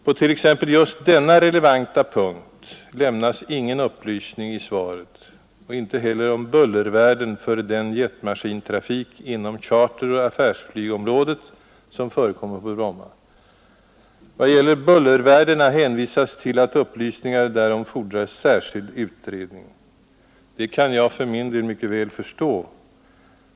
På exempelvis just denna relevanta punkt lämnas ingen upplysning i svaret och inte heller om bullervärden för den jetmaskintrafik inom charteroch affärsflygområdena som förekommer på Bromma. Vad gäller bullervärdena hänvisas till att upplysningar därom fordrar särskild utredning. Det kan jag för min del mycket väl förstå.